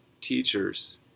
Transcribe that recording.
teachers